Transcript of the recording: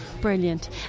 Brilliant